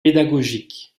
pédagogique